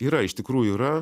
yra iš tikrųjų yra